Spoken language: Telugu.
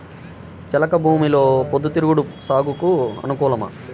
చెలక భూమిలో పొద్దు తిరుగుడు సాగుకు అనుకూలమా?